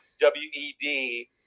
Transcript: W-E-D